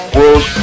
World